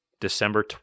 December